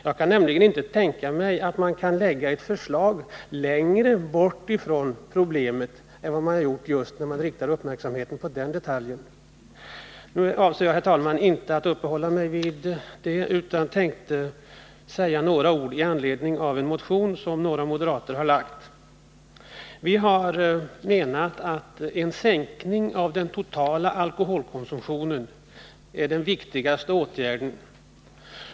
Jag kan nämligen inte tänka mig att man kan lägga ett förslag längre bort ifrån problemet än vad man har gjort just när man riktar uppmärksamheten på den detaljen. Men jag avser inte, herr talman, att uppehålla mig vid detta, utan jag tänkte säga några ord med anledning av en motion som några moderater väckt. Vi har menat att en sänkning av den totala alkoholkonsumtionen är den viktigaste åtgärden.